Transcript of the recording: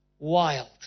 Wild